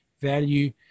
value